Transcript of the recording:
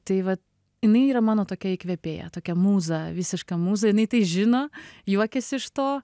tai va jinai yra mano tokia įkvėpėja tokia mūza visiška mūza jinai tai žino juokiasi iš to